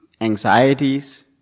anxieties